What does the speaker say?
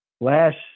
last